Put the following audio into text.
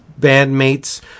bandmates